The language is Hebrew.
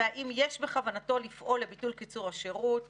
והאם יש בכוונתו לפעול לביטול קיצור השירות